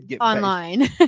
online